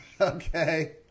Okay